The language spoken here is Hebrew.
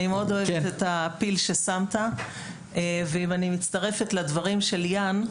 אני מאוד אוהבת את הפיל ששמת ואם אני מצטרפת לדברים של יאן,